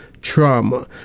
trauma